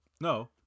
No